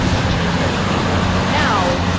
to change their behavior now,